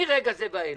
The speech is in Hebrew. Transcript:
מרגע זה ואילך,